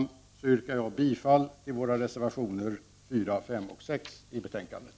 Med detta yrkar jag bifall till våra reservationer 4, 5 och 6 i betänkandet.